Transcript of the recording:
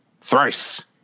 thrice